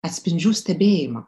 atspindžių stebėjimą